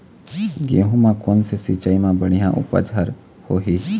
गेहूं म कोन से सिचाई म बड़िया उपज हर होही?